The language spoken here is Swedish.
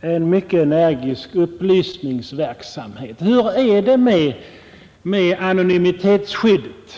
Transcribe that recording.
en mycket energisk upplysningsverksamhet. Hur är det med anonymitetsskyddet?